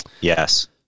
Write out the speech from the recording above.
Yes